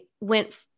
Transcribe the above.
went